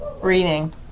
Reading